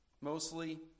mostly